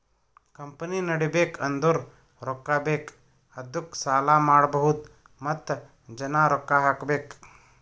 company ನಡಿಬೇಕ್ ಅಂದುರ್ ರೊಕ್ಕಾ ಬೇಕ್ ಅದ್ದುಕ ಸಾಲ ಮಾಡ್ಬಹುದ್ ಮತ್ತ ಜನ ರೊಕ್ಕಾ ಹಾಕಬೇಕ್